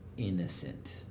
innocent